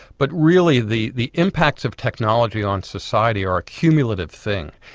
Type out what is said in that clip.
but really the the impacts of technology on society are a cumulative thing.